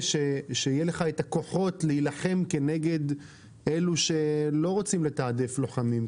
שיהיו לך את הכוחות להילחם כנגד אלו שלא רוצים לתעדף לוחמים,